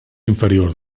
inferior